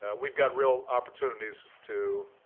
we've got real opportunities to